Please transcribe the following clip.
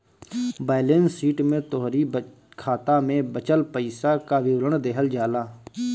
balance sheet में तोहरी खाता में बचल पईसा कअ विवरण देहल जाला